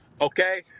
okay